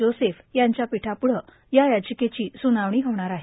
Joseph यांच्या पीठापुढे या र्याचकेची सुनावणी होणार आहे